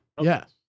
Yes